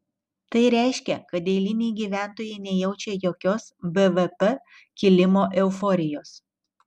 tai reiškia kad eiliniai gyventojai nejaučia jokios bvp kilimo euforijos